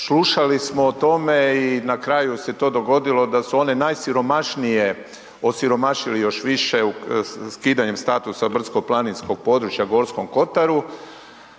slušali smo o tome i na kraju se to dogodilo da su one najsiromašnije osiromašili još više skidanjem statusa brdsko-planinskog područja u Gorskom kotaru.